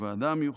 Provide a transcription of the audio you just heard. בוועדה המיוחדת.